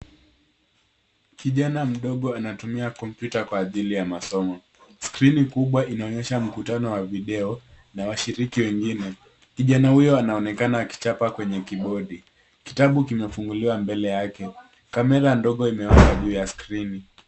Kijana mdogo anatumia kompyuta kwa ajili ya masomo. Skirini kubwa inaonyesha mkutano wa video na washiriki wengine. Kijana huyo anaonekana akichapa kwenye kibodi. Kitabu kimefunguliwa mbele yake. Kamera ndogo imewaka juu ya skirini.